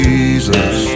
Jesus